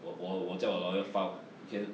我我我叫我 lawyer file you can